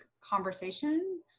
conversation